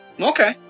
Okay